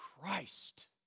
Christ